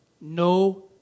No